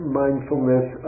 mindfulness